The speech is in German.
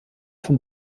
vom